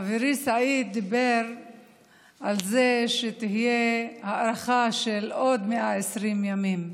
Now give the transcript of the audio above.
חברי סעיד דיבר על זה שתהיה הארכה של עוד 120 ימים,